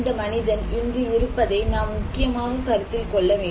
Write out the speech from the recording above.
இந்த மனிதன் இங்கு இருப்பதை நாம் முக்கியமாக கருத்தில் கொள்ள வேண்டும்